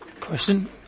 question